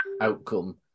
outcome